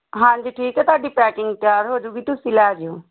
ਹਾਂਜੀ ਠੀਕ ਹੈ ਤੁਹਾਡੀ ਪੈਕਿੰਗ ਤਿਆਰ ਹੋ ਜਾਊਗੀ ਤੁਸੀਂ ਲੈ ਜਿਓ